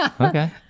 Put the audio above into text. okay